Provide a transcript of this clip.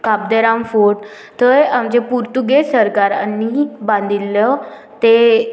काब de Rama fort थंय आमचे Portuguese सरकारानी बांदिल्ल्यो ते